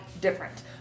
different